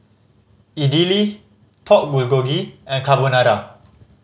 Idili Pork Bulgogi and Carbonara